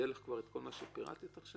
יהיה לך כבר את כל מה שפירטת עכשיו?